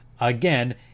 again